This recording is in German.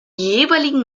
jeweiligen